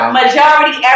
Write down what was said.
majority